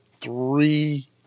three